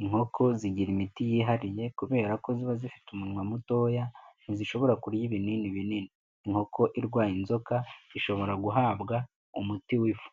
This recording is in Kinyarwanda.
inkoko zigira imiti yihariye kubera ko ziba zifite umunwa mutoya ntizishobora kurya ibinini binini, inkoko irwaye inzoka ishobora guhabwa umuti w'ifu.